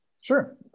Sure